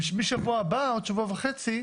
ומשבוע הבא, בעוד שבוע וחצי,